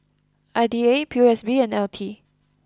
I D A P O S B and L T